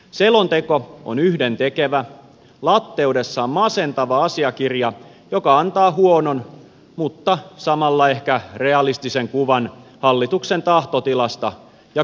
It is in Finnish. selonteko on yhdentekevä latteudessaan masentava asiakirja joka antaa huonon mutta samalla ehkä realistisen kuvan hallituksen tahtotilasta ja kyvykkyydestä